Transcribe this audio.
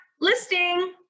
listing